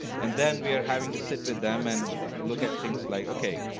and then we are having to sit with them and look at things like, okay,